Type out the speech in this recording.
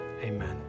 Amen